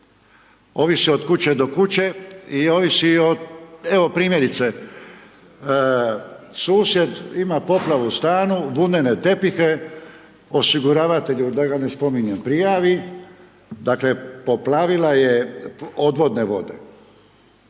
Ovise od kuće do kuće i ovisi o, evo primjerice, susjed ima poplavu u stanu, vunene tepihe, osiguravatelju, da ga ne spominjem, prijavi, dakle poplavila je odvodne vode.